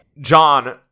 John